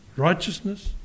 righteousness